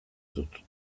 dut